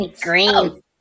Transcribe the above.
green